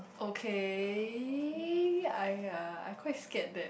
okay I uh I quite scared that